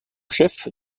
chef